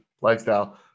lifestyle